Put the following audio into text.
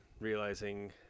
realizing